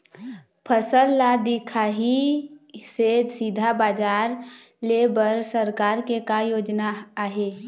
फसल ला दिखाही से सीधा बजार लेय बर सरकार के का योजना आहे?